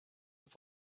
have